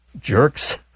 Jerks